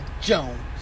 Jones